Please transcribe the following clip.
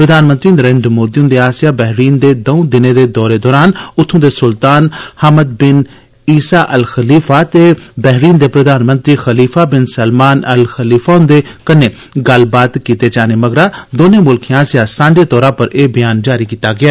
प्रधानमंत्री नरेन्द्र मोदी हंदे आसेआ बहरीन दे दौं दिनें दौरे दौरान उत्थुं दे सुल्तान Hamad bin Isa Al Khalifa ते बहरीन दे प्रधानमंत्री Khalifa bin Salman Al Khalifa हंदे कन्नै गल्लबात कीते जाने मगरा दौनें मुल्खें आसेआ सांझे तौरा पर एह् ब्यान जारी कीता गेआ